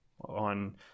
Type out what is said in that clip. on